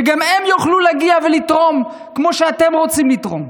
שגם הם יוכלו להגיע ולתרום כמו שאתם רוצים לתרום.